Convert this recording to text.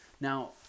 Now